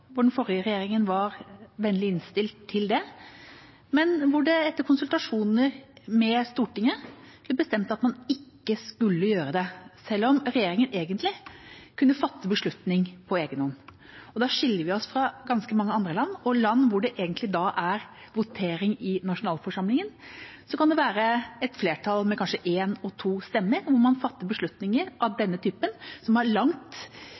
Den forrige regjeringa var veldig innstilt på det, men etter konsultasjoner med Stortinget ble det bestemt at man ikke skulle gjøre det, selv om regjeringa egentlig kunne fatte beslutning på egen hånd. Der skiller vi oss fra ganske mange andre land, og land hvor det da er votering i nasjonalforsamlingen. Det kan være flertall med kanskje én og to stemmer, slik at man fatter beslutninger av denne typen som har langt